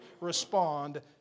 respond